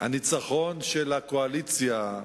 הניצחון של הקואליציה,